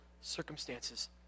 circumstances